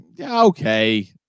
Okay